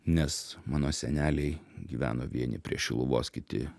nes mano seneliai gyveno vieni prie šiluvos kiti